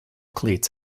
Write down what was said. cleats